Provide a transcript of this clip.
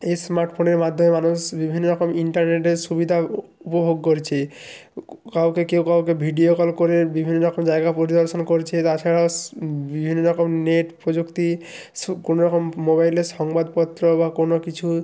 এই স্মার্টফোনের মাধ্যমে মানুষ বিভিন্ন রকম ইন্টারনেটের সুবিধা উপভোগ করছে কাউকে কেউ কাউকে ভিডিও কল করে বিভিন্ন রকম জায়গা পরিদর্শন করছে তাছাড়া বিভিন্ন রকম নেট প্রযুক্তি সু কোনো রকম মোবাইলে সংবাদপত্র বা কোনো কিছু